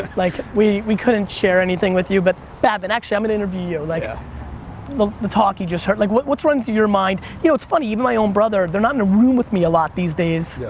like we we couldn't share anything with you but, babin, actually i'm gonna and interview you. like, ah the the talk you just heard. like what's running through your mind? you know it's funny, even my own brother, they're not in a room with me a lot these days.